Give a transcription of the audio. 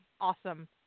awesome